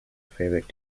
favourite